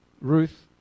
Ruth